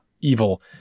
evil